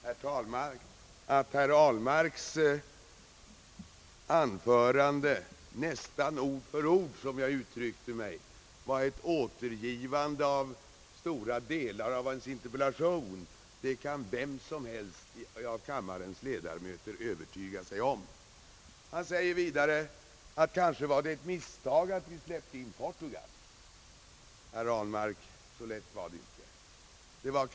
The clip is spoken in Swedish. Herr talman! Att herr Ahblmarks anförande nästan ord för ord, som jag uttryckte mig, återgav stora delar av hans interpellation, det kan vem som helst av kammarens ledamöter kontrollera och konstatera. Han säger vidare att det kanske var ett misstag att vi släppte in Portugal. Herr Ahlmark, så lätt var det inte.